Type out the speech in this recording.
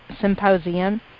symposium